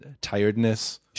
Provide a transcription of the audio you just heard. tiredness